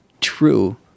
true